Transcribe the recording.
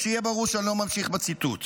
שיהיה ברור שאני לא ממשיך בציטוט,